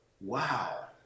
wow